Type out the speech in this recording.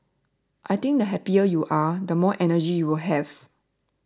I think the happier you are the more energy you will have